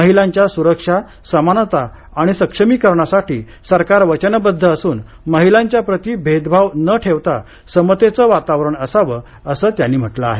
महिलांच्या सुरक्षा समानता आणि सक्षमीकरणासाठी सरकार वचनबद्ध असून महिलांच्याप्रती भेदभाव न ठेवता समतेचं वातावरण असावं असं त्यांनी म्हटलं आहे